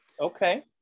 okay